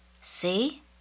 See